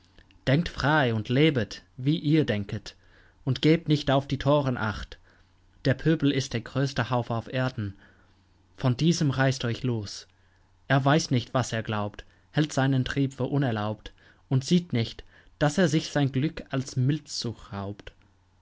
denkt frei und lebet wie ihr denket und gebt nicht auf die toren acht der pöbel ist der größte hauf auf erden von diesem reißt euch los er weiß nicht was er glaubt hält seinen trieb für unerlaubt und sieht nicht daß er sich sein glück aus milzsucht raubt